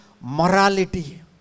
morality